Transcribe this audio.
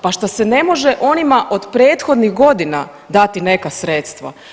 Pa šta se ne može onima od prethodnih godina dati neka sredstva.